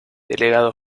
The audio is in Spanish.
delegado